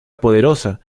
poderosa